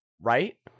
Right